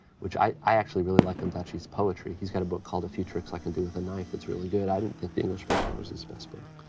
which i actually really like ondaatje's poetry. he's got a book called a few tricks i can do with a knife that's really good. i didn't think the english patient was his best book.